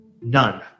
none